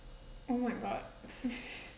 oh my god